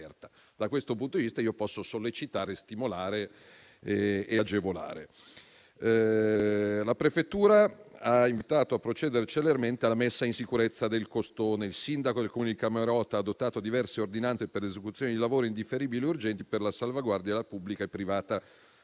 In questo caso, io posso sollecitare, stimolare e agevolare. La prefettura ha invitato a procedere celermente alla messa in sicurezza del costone. Il sindaco del Comune di Camerota ha adottato diverse ordinanze per l'esecuzione di lavori indifferibili e urgenti per la salvaguardia della pubblica e privata